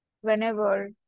whenever